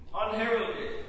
unheralded